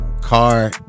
car